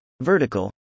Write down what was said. Vertical